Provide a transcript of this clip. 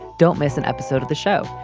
don't miss an episode of the show.